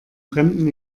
fremden